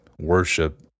worship